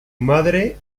madre